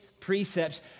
precepts